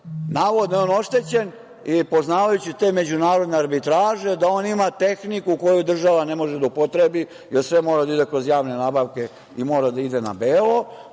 navodno je on oštećen. Poznavajući te međunarodne arbitraže, da on ima tehniku koju država ne može da upotrebi, jer sve mora da ide kroz javne nabavke i mora da ide na belo,